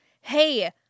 Hey